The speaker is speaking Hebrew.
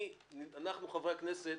אנחנו, חברי הכנסת,